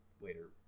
later